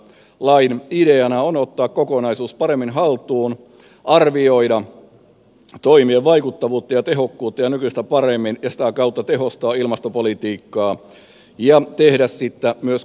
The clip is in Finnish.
lain ideana on ottaa kokonaisuus paremmin haltuun arvioida toimien vaikuttavuutta ja tehokkuutta nykyistä paremmin ja sitä kautta tehostaa ilmastopolitiikkaa ja tehdä siitä myös kustannustehokkaampaa